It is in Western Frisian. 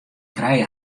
krije